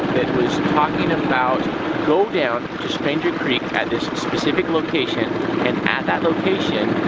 was and talking about go down to stranger creek at this specific location and at that location,